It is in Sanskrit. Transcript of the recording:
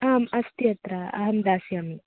आम् अस्ति अत्र अहं दास्यामि